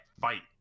fight